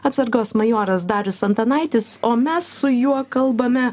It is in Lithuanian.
atsargos majoras darius antanaitis o mes su juo kalbame